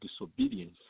disobedience